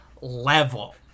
level